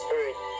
earth